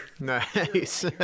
nice